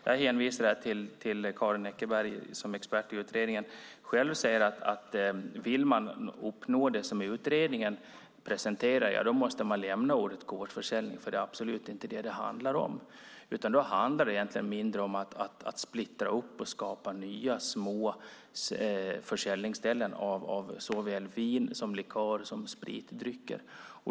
Jag hänvisar till vad Karin Eckerberg, som är expert i utredningen, själv säger: Vill man uppnå det som utredningen presenterar måste man lämna ordet gårdsförsäljning, för det är absolut inte det som det handlar om. Det handlar snarare om att skapa nya små försäljningsställen för såväl vin som likör och spritdrycker.